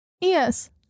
Yes